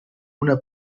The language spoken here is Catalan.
una